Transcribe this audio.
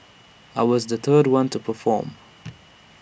I was the third one to perform